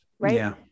Right